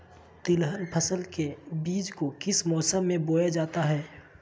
तिलहन फसल के बीज को किस मौसम में बोया जाता है?